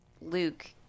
luke